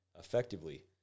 effectively